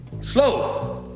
Slow